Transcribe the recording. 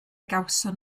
gawson